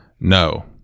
no